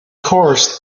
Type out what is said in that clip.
course